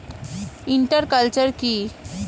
Inter culture কি?